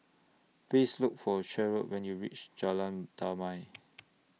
Please Look For Cheryle when YOU REACH Jalan Damai